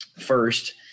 first